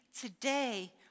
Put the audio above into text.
today